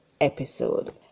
episode